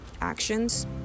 actions